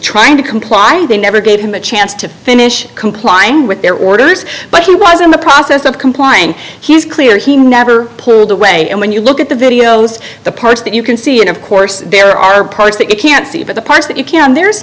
trying to comply and they never gave him a chance to finish complying with their orders but he was in the process of complying he was clear he never pulled away and when you look at the videos the parts that you can see and of course there are parts that you can't see but the parts that you can there's